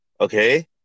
okay